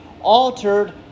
altered